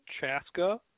Chaska